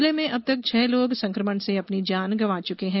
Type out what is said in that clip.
जिले में अब तक छह लोग संकमण से अपनी जान गवां चके हैं